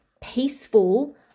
peaceful